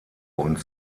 und